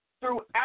Throughout